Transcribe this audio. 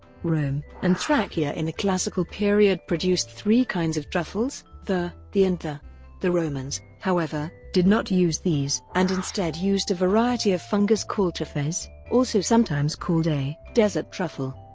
rome and thracia in the classical period produced three kinds of truffles the, the and the. the romans, however, did not use these and instead used a variety of fungus called terfez, also sometimes called a desert truffle.